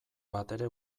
batere